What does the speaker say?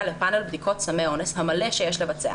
לפאנל בדיקות סמי האונס המלא שיש לבצע,